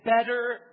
better